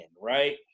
right